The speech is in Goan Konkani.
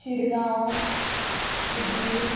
शिरगांव उदीर